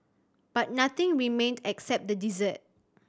but nothing remained except the desert